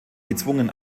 gezwungen